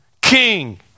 King